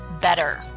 better